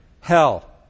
hell